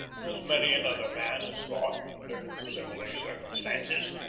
as many another man has thought under similar circumstances.